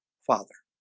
father